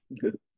Good